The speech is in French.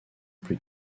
plus